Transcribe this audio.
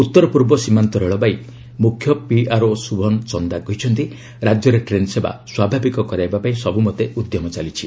ଉତ୍ତରପୂର୍ବ ସୀମାନ୍ତ ରେଳବାଇ ମୁଖ୍ୟ ପିଆର୍ଓ ଶୁଭନ ଚନ୍ଦା କହିଛନ୍ତି ରାଜ୍ୟରେ ଟ୍ରେନ୍ ସେବା ସ୍ୱାଭାବିକ କରାଇବା ପାଇଁ ସବୁମତେ ଉଦ୍ୟମ ଚାଲିଛି